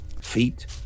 feet